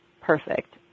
perfect